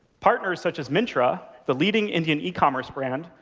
partners such as myntra, the leading indian e-commerce brand,